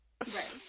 Right